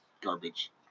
Garbage